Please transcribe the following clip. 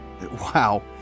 wow